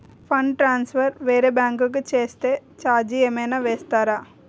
Fund transfer వేరే bank కి చేస్తే ఛార్జ్ ఏమైనా వేస్తారా?